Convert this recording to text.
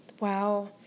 Wow